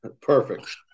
Perfect